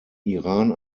iran